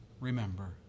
Remember